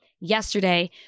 yesterday